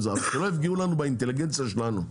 אבל שלא יפגעו לנו באינטליגנציה שלנו.